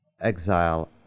exile